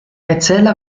erzähler